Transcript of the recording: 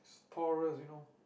Taurus you know